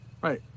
right